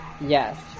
yes